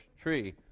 tree